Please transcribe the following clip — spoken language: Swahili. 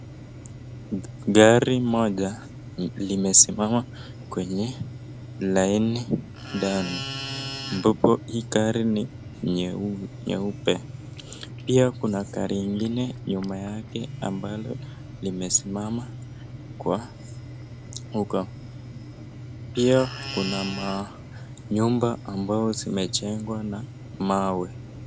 Gari moja limesimama kwenye laini ndani. Mpopo, gari ni nyeupe. Pia kuna gari ingine nyuma yake ambalo limesimama kwa huko. Pia kuna manyumba ambayo zimejengwa na mawe.